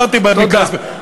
אמרתי, תודה.